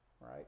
right